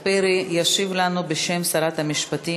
הזדעקו ואמרו שיש לטפל ולהרים את הכפפה.